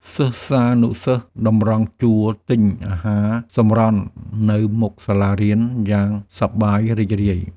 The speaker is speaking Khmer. សិស្សានុសិស្សតម្រង់ជួរទិញអាហារសម្រន់នៅមុខសាលារៀន យ៉ាងសប្បាយរីករាយ។